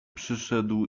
przyszedł